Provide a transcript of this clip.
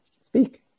speak